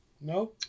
No